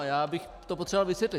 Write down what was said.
Já bych to potřeboval vysvětlit.